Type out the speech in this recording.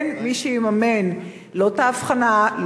אין מי שיממן לא את האבחנה,